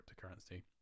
cryptocurrency